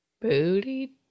Booty